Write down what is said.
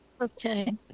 okay